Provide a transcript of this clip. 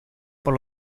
por